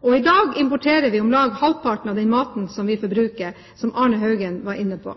og i dag importerer vi om lag halvparten av den maten vi forbruker, som Arne L. Haugen var inne på.